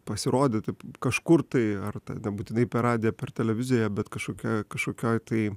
pasirodyti kažkur tai ar nebūtinai per radiją per televiziją bet kažkokioj kažkokioj tai